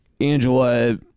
Angela